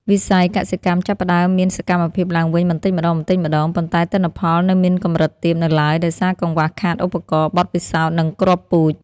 វិស័យកសិកម្មចាប់ផ្ដើមមានសកម្មភាពឡើងវិញបន្តិចម្ដងៗ ប៉ុន្តែទិន្នផលនៅមានកម្រិតទាបនៅឡើយដោយសារកង្វះខាតឧបករណ៍ បទពិសោធន៍ និងគ្រាប់ពូជ។